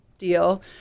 Deal